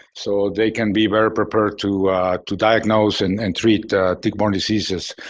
so they can be very prepared to to diagnose and and treat tick-borne diseases.